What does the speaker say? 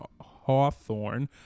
Hawthorne